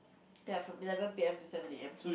ya from eleven P_M to seven A_M